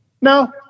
No